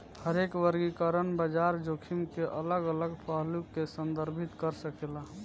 हरेक वर्गीकरण बाजार जोखिम के अलग अलग पहलू के संदर्भित कर सकेला